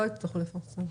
לא יצטרכו לפרסם.